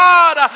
God